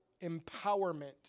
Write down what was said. empowerment